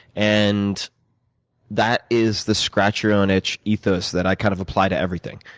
and that is the scratch-your-own-itch ethos that i kind of apply to everything.